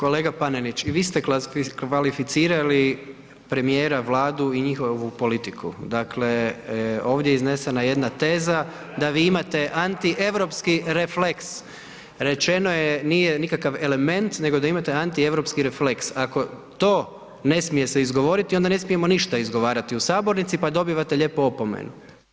Kolega Paninić, i vi ste kvalificirali premijera, Vladu i njihovu politiku, dakle ovdje je iznesena jedna teza da vi imate antieuropski refleks, rečeno je, nije nikakav element, nego da imate antieuropski refleks, ako to ne smije se izgovoriti onda ne smijemo ništa izgovarati u sabornici, pa dobivate lijepo opomenu.